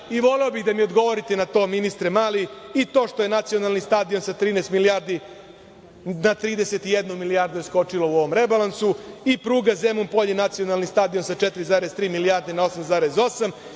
i voleo bih da mi odgovorite na to, ministre Mali, i to što je nacionalni stadion sa 13 milijardi skočio na 31 milijardu u ovom rebalansu, i pruga Zemun polje - nacionalni stadion sa 4,3 milijarde na 8,8 i